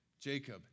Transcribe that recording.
Jacob